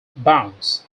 bounce